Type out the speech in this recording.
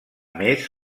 més